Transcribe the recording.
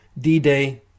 D-Day